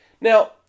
Now